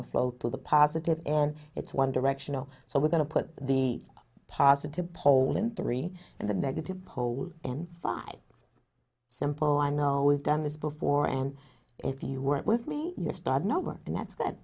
to flow to the positive and it's one directional so we're going to put the positive pole in three and the negative pole and five simple i know we've done this before and if you weren't with me you're starting over and that's